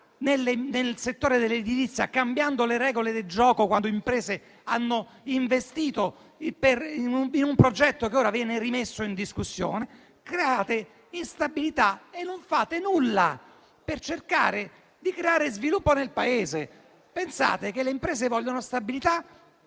nel settore dell'edilizia, cambiando le regole del gioco, quando le imprese hanno investito in un progetto che ora viene rimesso in discussione? Create instabilità e non fate nulla per cercare di creare sviluppo nel Paese. Pensate che le imprese vogliano stabilità